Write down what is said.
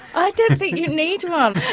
i don't think you need one.